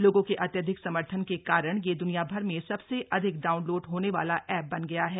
लोगों के अत्यधिक समर्थन के कारण यह द्वनिया भर में सबसे अधिक डाउनलॉड होने वाला एप बन गया है